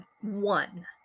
One